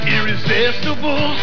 Irresistible